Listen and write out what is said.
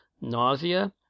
nausea